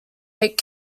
eight